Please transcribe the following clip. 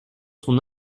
son